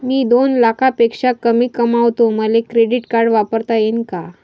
मी दोन लाखापेक्षा कमी कमावतो, मले क्रेडिट कार्ड वापरता येईन का?